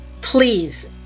Please